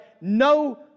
no